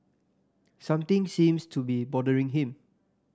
something seems to be bothering him